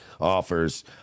offers